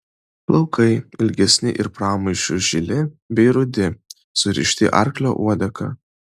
plaukai ilgesni ir pramaišiui žili bei rudi surišti arklio uodega